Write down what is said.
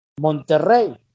Monterrey